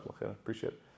Appreciate